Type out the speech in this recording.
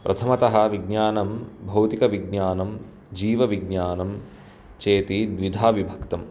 प्रथमतः विज्ञानं भौतिकविज्ञानं जीवविज्ञानं चेति द्विधा विभक्तम्